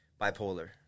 bipolar